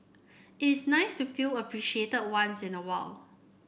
it's nice to feel appreciated once in a while